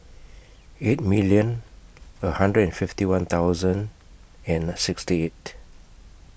eighty million A hundred and fifty one thousand and sixty eight